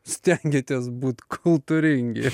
stengiatės būt kultūringi